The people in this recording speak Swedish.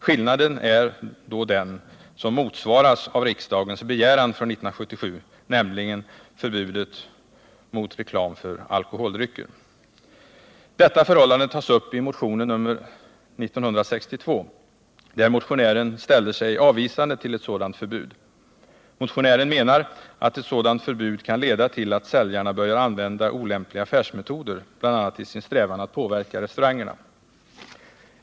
Skillnaden är den som motsvaras av riksdagens begäran 1977 om förslag till förbud mot reklam för alkoholdrycker. Detta förhållande tas upp i motion nr 1962 där motionären ställer sig avvisande till ett sådant förbud. Motionären menar att ett sådant förbud kan leda till att säljarna börjar använda olämpliga affärsmetoder, bl.a. i sin strävan att påverka restaurangerna.